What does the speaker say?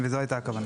וזו הייתה הכוונה.